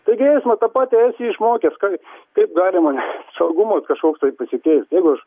taigi ta pati žmogiškai kaip gali man saugumas kažkoks tai pasikeit jeigu aš